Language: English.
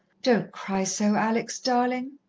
don't cry so, alex darlin'.